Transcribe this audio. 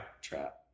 trap